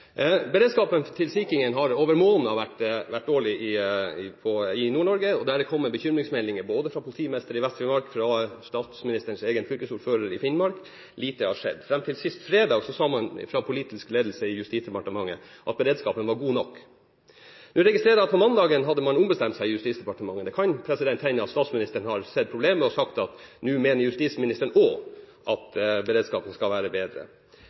Beredskapen til Sea King-en har over måneder vært dårlig i Nord-Norge. Det har kommet bekymringsmeldinger både fra Politimesteren i Vestfinnmark og fra statsministerens egen fylkesordfører i Finnmark. Lite har skjedd. Fram til sist fredag sa man fra politisk ledelse i Justisdepartementet at beredskapen var god nok. Jeg registrerer at på mandagen hadde Justisdepartementet ombestemt seg. Det kan hende at statsministeren har sett problemet og sagt at nå mener også justisministeren at beredskapen skal være bedre.